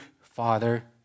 Father